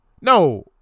no